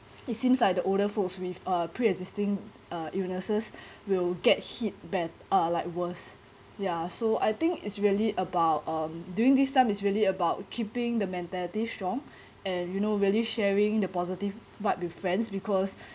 it seems like the older folks with uh pre existing uh illnesses will get hit bad uh like worse ya so I think is really about um during this time is really about keeping the mentality strong and you know really sharing the positive what with friends because